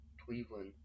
Cleveland